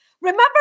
Remember